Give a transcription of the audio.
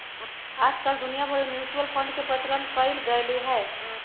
आजकल दुनिया भर में म्यूचुअल फंड के प्रचलन कइल गयले है